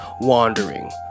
wandering